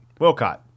Wilcott